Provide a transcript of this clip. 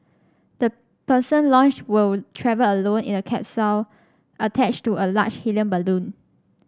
the person launched will travel alone in a capsule attached to a large helium balloon